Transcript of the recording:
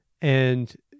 and-